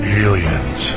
aliens